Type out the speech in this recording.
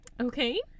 okay